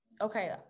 okay